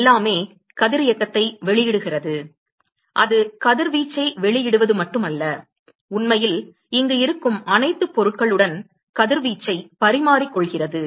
எல்லாமே கதிரியக்கத்தை வெளியிடுகிறது அது கதிர்வீச்சை வெளியிடுவது மட்டுமல்ல உண்மையில் இங்கு இருக்கும் அனைத்து பொருட்களுடன் கதிர்வீச்சைப் பரிமாறிக் கொள்கிறது